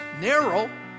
narrow